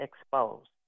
exposed